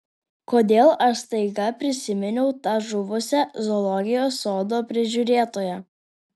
kodėl aš staiga prisiminiau tą žuvusią zoologijos sodo prižiūrėtoją